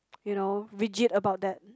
you know rigid about that